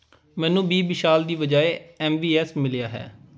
ਮੈਨੂੰ ਬੀ ਵਿਸ਼ਾਲ ਦੀ ਬਜਾਏ ਐੱਮ ਵੀ ਐੱਸ ਮਿਲਿਆ ਹੈ